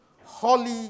holy